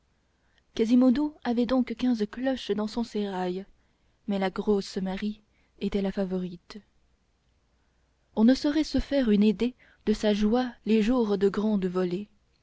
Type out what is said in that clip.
quasimodo avait donc quinze cloches dans son sérail mais la grosse marie était la favorite on ne saurait se faire une idée de sa joie les jours de grande volée